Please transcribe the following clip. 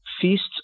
Feasts